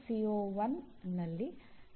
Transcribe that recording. ಮತ್ತೆ ಸಿಒಗಳು ಸಂಬಂಧಿಸಬೇಕಾಗಿದೆ